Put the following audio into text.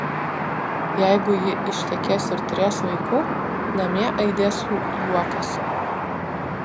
jeigu ji ištekės ir turės vaikų namie aidės jų juokas